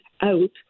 out